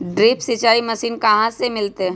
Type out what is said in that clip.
Drip सिंचाई machine कहाँ से मिलतै?